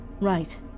Right